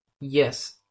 Yes